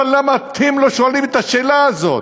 אבל למה אתם לא שואלים את השאלה הזאת?